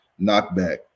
knockback